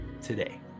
today